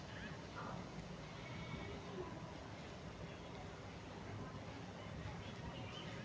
आइ काल्हि पेपल के इस्तेमाल दुनिया भरि के कंपनी के द्वारा करलो जाय रहलो छै